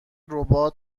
ربات